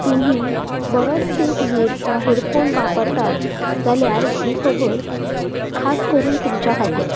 तुमी बरोच तेप हे हेडफोन वापरतात जाल्यार ही खबर खास करून तुमच्या खातीर